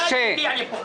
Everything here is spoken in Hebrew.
שהמנכ"ל יגיע לפה.